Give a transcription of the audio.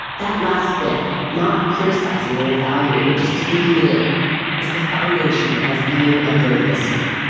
that last bit not criticizing or evaluating just taking it in is the foundation of being a good listener.